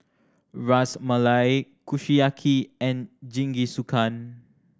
Ras Malai Kushiyaki and Jingisukan